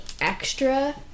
extra